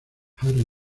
harris